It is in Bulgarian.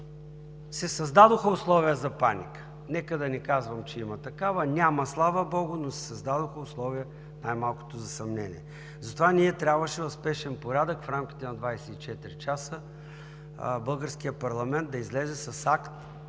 се създадоха условия за паника. Нека да не казвам, че има такава. Няма, слава богу, но се създадоха условия най-малкото за съмнения, затова трябваше в спешен порядък, в рамките на 24 часа българският парламент да излезе с акт,